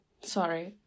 sorry